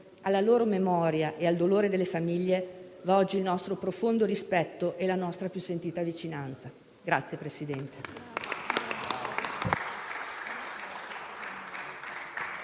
Alla loro memoria e al dolore delle famiglie vanno oggi il nostro profondo rispetto e la nostra più sentita vicinanza.